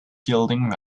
gliding